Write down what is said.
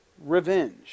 revenge